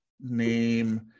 name